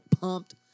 pumped